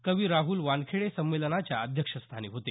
कवि राहूल वानखेडे संमेलनाच्या अध्यक्षस्थानी होते